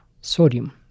sodium